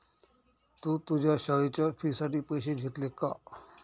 तू तुझ्या शाळेच्या फी साठी पैसे घेतले का?